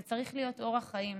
זה צריך להיות אורח חיים.